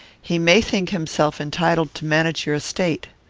he may think himself entitled to manage your estate.